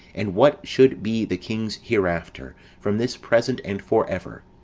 and what should be the king's hereafter, from this present and for ever,